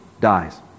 Dies